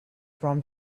from